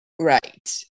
Right